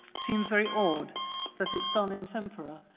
seems very odd that it's done in tempera,